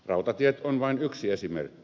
rautatiet ovat vain yksi esimerkki